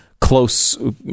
close